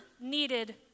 needed